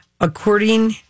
according